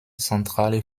zentrale